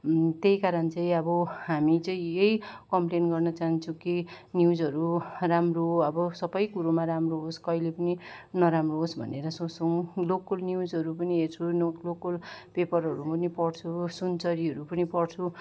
त्यही कारण चाहिँ अब हामी चाहिँ यही कमप्लेन गर्नु चहान्छु कि न्युजहरू राम्रो अब सबै कुरोमा राम्रो होस् कहिले पनि नराम्रो होस् बनेर सोच्छौँ लोकल न्युजहरू पनि हेर्छु लोकल पेपरहरू पनि पढ्छु सुनचरीहरू पनि पढ्छु